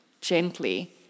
gently